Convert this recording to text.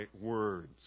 words